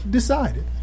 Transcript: Decided